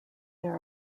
there